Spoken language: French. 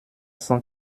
cent